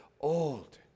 old